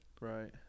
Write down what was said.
Right